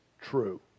true